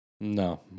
No